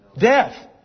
death